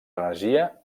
energia